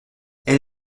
elle